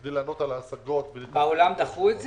כדי לענות על ההסגות --- בעולם דחו את זה?